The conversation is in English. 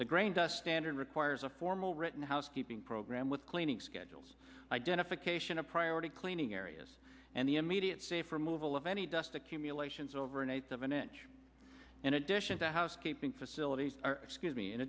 the grain the standard requires a formal written housekeeping program with cleaning schedules identification a priority cleaning areas and the immediate safer move all of any dust accumulations over an eighth of an inch in addition to housekeeping facilities excuse me in